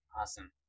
Awesome